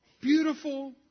beautiful